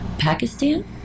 Pakistan